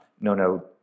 no-no